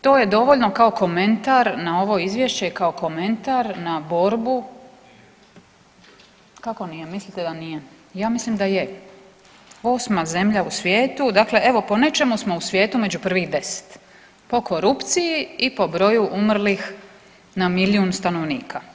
To je dovoljno kao komentar na ovo izvješće, kao komentar na borbu … [[Upadica iz klupe se ne razumije]] kako nije, mislite da nije, ja mislim da je, 8. zemlja u svijetu, dakle evo po nečemu smo u svijetu među prvih 10, po korupciji i po broju umrlih na milijun stanovnika.